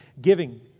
Giving